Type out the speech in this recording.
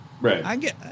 Right